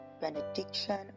benediction